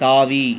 தாவி